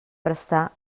prestar